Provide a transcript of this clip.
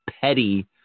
petty